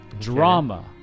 drama